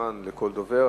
מהזמן לכל דובר.